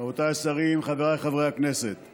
ונכנסת לספר החוקים של מדינת ישראל.